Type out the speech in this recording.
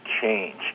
change